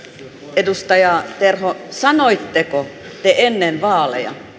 edustaja terho sanoitteko te ennen vaaleja